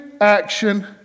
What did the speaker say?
action